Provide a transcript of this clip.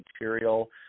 material